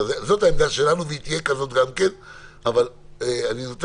זאת העמדה שלנו והיא גם תהיה כזאת אבל אני נותן